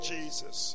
Jesus